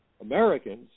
Americans